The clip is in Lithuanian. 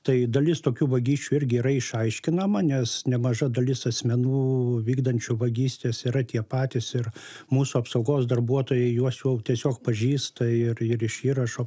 tai dalis tokių vagysčių irgi yra išaiškinama nes nemaža dalis asmenų vykdančių vagystes yra tie patys ir mūsų apsaugos darbuotojai juos jau tiesiog pažįsta ir ir iš įrašo